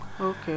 Okay